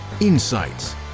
insights